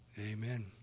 Amen